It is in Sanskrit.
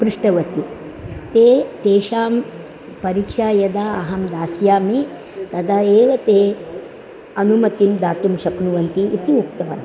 पृष्टवती ते तेषां परीक्षां यदा अहं दास्यामि तदा एव ते अनुमतिं दातुं शक्नुवन्ति इति उक्तवन्तः